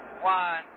one